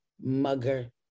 mugger